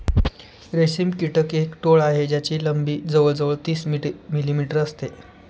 रेशम कीटक एक टोळ आहे ज्याची लंबी जवळ जवळ तीस मिलीमीटर असते